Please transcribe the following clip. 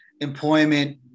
employment